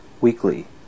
weekly